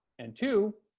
and two,